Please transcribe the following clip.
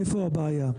איפה הבעיה?